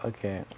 Okay